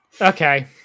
Okay